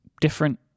different